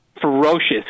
ferocious